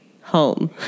home